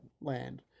land